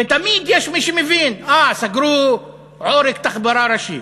ותמיד יש מי שמבין, אה, סגרו עורק תחבורה ראשי.